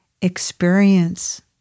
experience